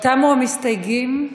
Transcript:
תמו המסתייגים.